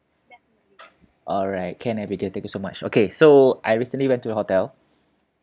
alright can abigail thank you so much okay so I recently went to your hotel